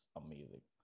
amazing